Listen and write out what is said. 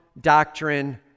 doctrine